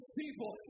people